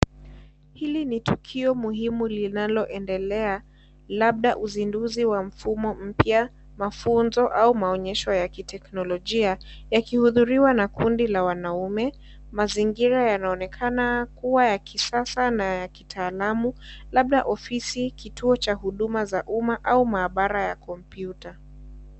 Hili ni tukio muhimu linaloendelea, labda uzinduzi wa mfumo mpya, mafunzo au maonyesho ya kiteknologia yakihudhuriwa na kundi la wanaume, mazingira yanaonekana kuwa ya kisasa na ya kitaalamu labda ofisi kituo cha huduma za umma au maabara ya kompyuta.